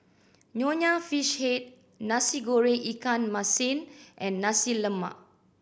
Nonya Fish Head Nasi Goreng ikan masin and Nasi Lemak